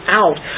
out